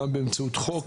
גם באמצעות חוק,